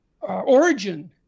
origin